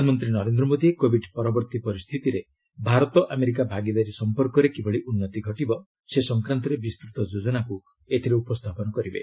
ପ୍ରଧାନମନ୍ତ୍ରୀ ନରେନ୍ଦ୍ର ମୋଦୀ କୋଭିଡ୍ ପରବର୍ତ୍ତୀ ପରିସ୍ଥିତିରେ ଭାରତ ଆମେରିକା ଭାଗିଦାରୀ ସମ୍ପର୍କରେ କିଭଳି ଉନ୍ନତି ଘଟିବ ସେ ସଂକ୍ରାନ୍ତରେ ବିସ୍ତୃତ ଯୋଜନାକୁ ଉପସ୍ଥାପନ କରିବେ